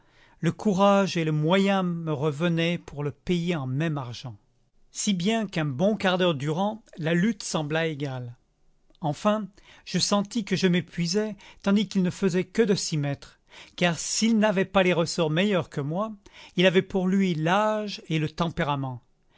le courage et le moyen me revenaient pour le payer en même argent si bien qu'un bon quart d'heure durant la lutte sembla égale enfin je sentis que je m'épuisais tandis qu'il ne faisait que de s'y mettre car s'il n'avait pas les ressorts meilleurs que moi il avait pour lui l'âge et le tempérament